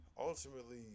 ultimately